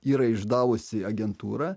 yra išdavusi agentūra